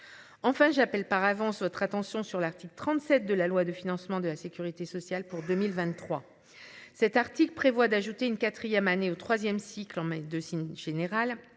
Enfin j'appelle par avance votre attention sur l'article 37 de la loi de financement de la Sécurité sociale pour 2023. Cet article prévoit d'ajouter une 4ème année au 3ème cycle en mai de général